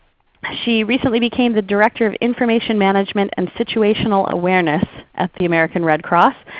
ah she recently became the director of information management and situational awareness at the american red cross.